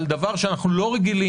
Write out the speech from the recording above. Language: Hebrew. על דבר שאנחנו לא רגילים,